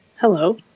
Hello